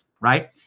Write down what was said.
right